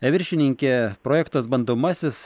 viršininke projektas bandomasis